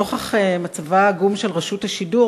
נוכח מצבה העגום של רשות השידור,